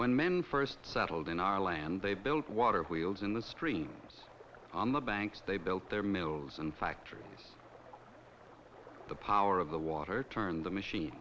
when men first settled in our land they built water wheels in the streams on the banks they built their mills and factories the power of the water turned the machine